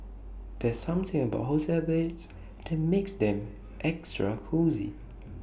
there's something about hotel beds that makes them extra cosy